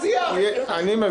הוא רשאי לנמק.